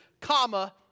comma